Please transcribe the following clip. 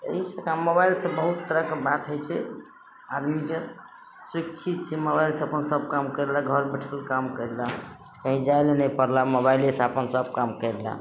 ई सबटा मोबाइलसँ बहुत तरहके बात होइ छै आदमीके सब चीजके मोबाइल से अपन सब काम करि लऽ घर बैठल सब काम करि लऽ कहीँ जाइ लए नहि पड़लऽ मोबाइलेसँ अपन सब काम करि लऽ